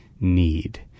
need